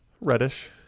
Reddish